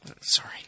Sorry